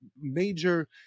major